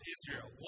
Israel